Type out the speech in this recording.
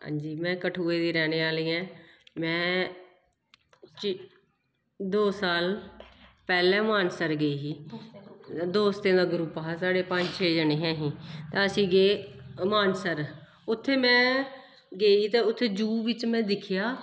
हां जी में कठुए दी रैह्ने आह्ली ऐं में दो साल पैह्लें मानसर गेई ही दोस्तें दा ग्रुप हा साढ़े पंज छे जने हे अस ते असीं गे मानसर उत्थें में गेई ते उत्थूं ज़ू बिच्च में दिक्खेआ